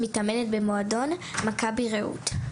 מתאמנת במועדון מכבי רעות.